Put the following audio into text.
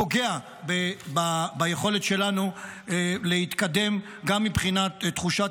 פוגע ביכולת שלנו גם להתקדם מבחינת תחושת